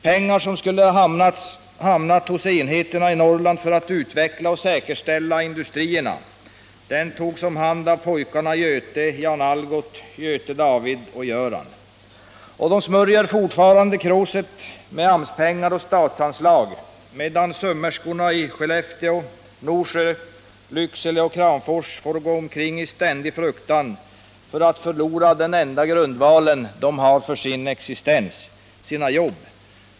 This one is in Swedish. Pengar som skulle ha hamnat hos enheterna i Norrland för att utveckla och säkerställa industrierna togs om hand av pojkarna, Göte, Jan-Algot, Göte David och Göran. De smörjer fortfarande kråset med AMS-pengar och statsanslag, medan sömmerskorna i Skellefteå, Norsjö, Lycksele och Kramfors får gå omkring i ständig fruktan för att förlora den enda grundval de har för sin existens: sina jobb.